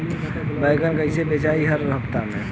बैगन कईसे बेचाई हर हफ्ता में?